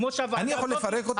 אני יכול לפרק אותו?